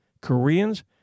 Koreans